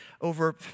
over